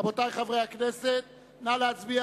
רבותי חברי הכנסת, נא להצביע.